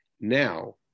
Now